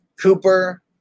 Cooper